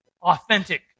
authentic